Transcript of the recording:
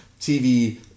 TV